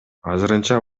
азырынча